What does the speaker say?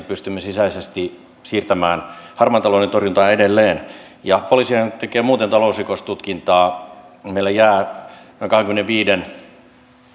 pystymme sisäisesti siirtämään harmaan talouden torjuntaa edelleen poliisihan tekee muuten talousrikostutkintaa meille jää noin kahdenkymmenenviiden